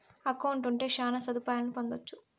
account ఉంటే శ్యాన సదుపాయాలను పొందొచ్చు